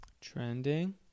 Trending